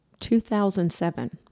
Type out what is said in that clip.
2007